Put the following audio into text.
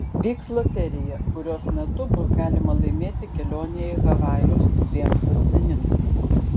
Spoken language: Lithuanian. vyks loterija kurios metu bus galima laimėti kelionę į havajus dviems asmenims